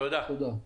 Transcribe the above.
תודה.